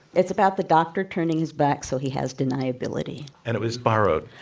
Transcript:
it's about the doctor turning his back so he has deniability. and it was borrowed